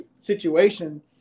situation